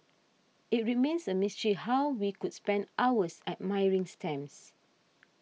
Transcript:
it remains a mystery how we could spend hours admiring stamps